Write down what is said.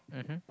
mmhmm